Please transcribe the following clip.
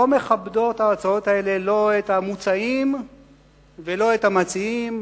לא מכבדות את המוצעים ולא את המציעים,